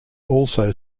also